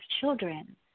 children